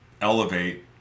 elevate